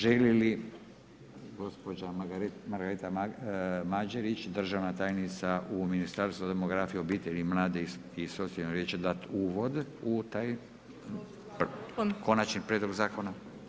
Želi li gospođa Margareta Mađerić, državna tajnica u Ministarstvu demografije, obitelji, mladih i socijalne politike dati uvod u taj konačni prijedlog zakona?